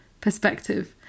perspective